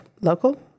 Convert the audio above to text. local